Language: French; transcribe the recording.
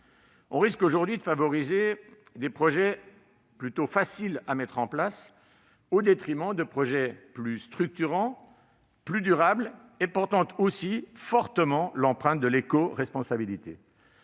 On risque aujourd'hui de favoriser des projets plutôt faciles à mettre en place, au détriment de projets plus structurants et plus durables, qui également, portent fortement l'empreinte de l'écoresponsabilité.